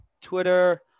Twitter